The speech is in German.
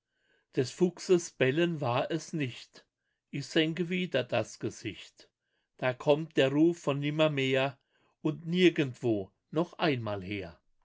des fuchses bellen war es nicht ich senke wieder das gesicht da kommt der ruf von nimmermehr und nirgendwo noch einmal her